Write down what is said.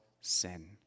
sin